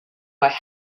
played